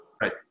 Right